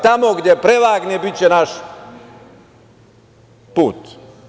Tamo gde prevagne biće naš put.